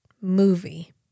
movie